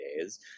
Days